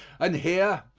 and here,